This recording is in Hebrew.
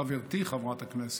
חברתי חברת הכנסת,